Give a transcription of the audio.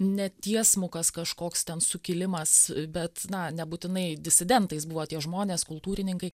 netiesmukas kažkoks ten sukilimas bet na nebūtinai disidentais buvo tie žmonės kultūrininkai